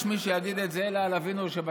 יש מי שיגיד על זה: אלא על אבינו שבשמיים,